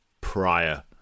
prior